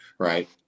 Right